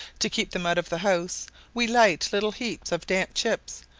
to keep them out of the house we light little heaps of damp chips,